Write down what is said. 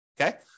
Okay